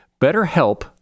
BetterHelp